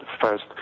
first